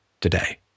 today